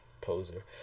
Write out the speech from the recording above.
Poser